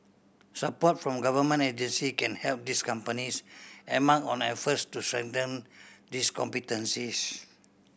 support from government agency can help these companies embark on efforts to strengthen these competencies